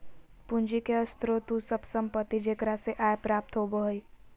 पूंजी के स्रोत उ सब संपत्ति जेकरा से आय प्राप्त होबो हइ